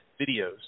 videos